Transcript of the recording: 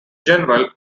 general